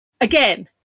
again